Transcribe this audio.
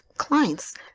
Clients